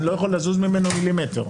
אני לא יכול לזוז ממנו מילימטר.